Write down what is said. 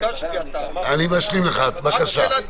שאלת